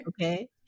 Okay